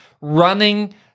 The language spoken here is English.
running